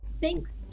Thanks